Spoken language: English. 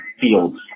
Fields